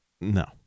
no